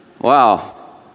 Wow